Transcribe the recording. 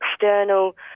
external